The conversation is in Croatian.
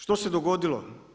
Što se dogodilo?